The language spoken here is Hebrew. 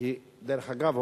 דרך אגב,